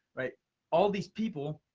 all these people